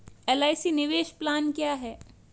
LIC निवेश plan क्या है?